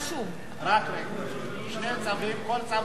שני צווים, כל צו עומד בפני עצמו.